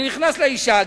אני נכנס לאשה,